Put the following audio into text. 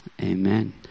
amen